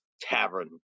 tavern